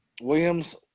Williams